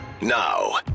now